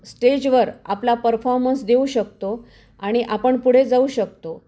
स्टेजवर आपला परफॉर्मन्स देऊ शकतो आणि आपण पुढे जाऊ शकतो